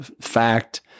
fact